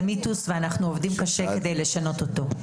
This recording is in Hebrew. אנחנו עובדים קשה כדי לשנות אותו.